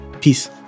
peace